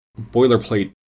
boilerplate